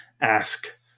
ask